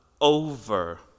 over